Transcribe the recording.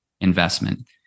investment